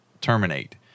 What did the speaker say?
terminate